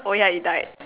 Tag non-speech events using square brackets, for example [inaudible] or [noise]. [laughs] oh ya it died